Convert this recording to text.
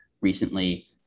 recently